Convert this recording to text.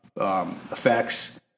effects